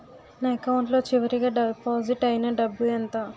నా అకౌంట్ లో చివరిగా డిపాజిట్ ఐనా డబ్బు ఎంత?